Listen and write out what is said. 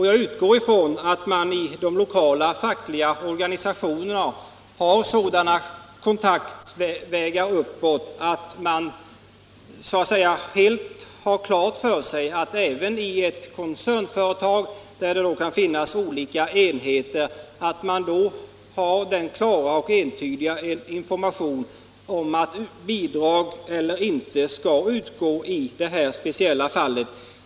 Jag utgår ifrån att man inom de lokala fackliga organisationerna har sådana kontaktvägar uppåt att man har helt klart för sig att det även inom en koncern med många olika enheter skall finnas en klar och entydig information när det gäller frågan om huruvida bidrag skall utgå eller inte i det här speciella fallet.